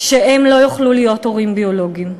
שהם לא יוכלו להיות הורים ביולוגיים.